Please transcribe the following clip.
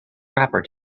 wrapper